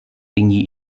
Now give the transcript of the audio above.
tinggi